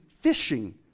fishing